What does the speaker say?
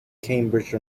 cambridge